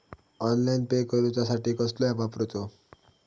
Online pay करूचा साठी कसलो ऍप वापरूचो?